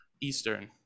Eastern